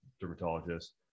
dermatologist